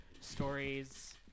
stories